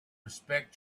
respect